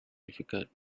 difficult